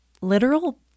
literal